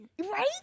right